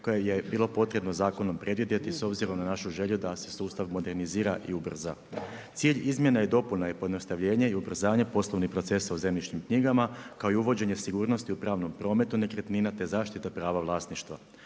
koja je bilo potrebno zakonom predvidjeti s obzirom na našu želju da se sustav modernizira i ubrza. Cilj izmjena i dopuna je pojednostavljenje i ubrzanje poslovnih procesa u zemljišnim knjigama kao i uvođenje sigurnosti u pravnom prometu nekretnina te zaštita prava vlasništva.